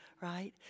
right